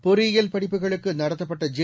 பொறியியல் படிப்புகளுக்கு நடத்தப்பட்ட ஜே